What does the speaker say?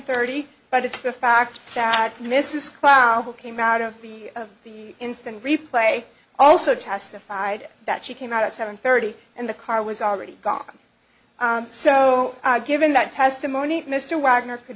thirty but it's the fact that miss is cloud came out of the of the instant replay also testified that she came out at seven thirty and the car was already gone so given that testimony mr wagner could